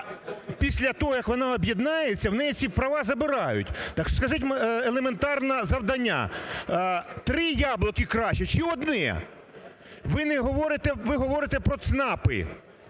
після того як вони об'єднаються у неї ці права забирають. Так скажіть, елементарне завдання, три яблука краще чи одне? Ви не говорите… ви